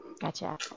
Gotcha